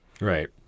Right